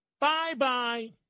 bye-bye